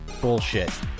Bullshit